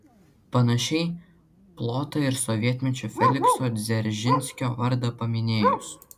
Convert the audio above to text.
panašiai plota ir sovietmečiu felikso dzeržinskio vardą paminėjus